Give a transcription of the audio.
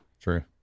true